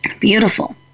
Beautiful